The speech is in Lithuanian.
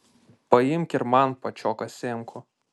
paimk ir man pačioką sėmkų